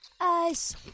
Ice